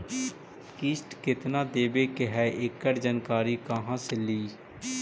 किस्त केत्ना देबे के है एकड़ जानकारी कहा से ली?